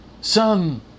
Son